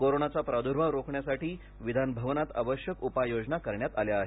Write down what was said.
कोरोनाचा प्रादुर्भाव रोखण्यासाठी विधानभवनात आवश्यक उपाय योजना करण्यात आल्या आहेत